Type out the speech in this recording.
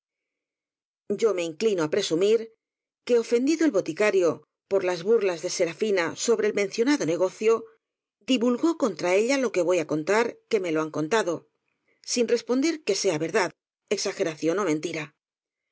yo me inclino á presumir que ofendido el boti cario por las burlas de serafina sobre el mencionado negocio divulgó contra ella lo que voy á contar como me lo han contado sin responder de que sea verdad exageración ó mentira